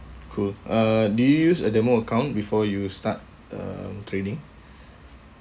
cool uh do you use a demo account before you start uh trading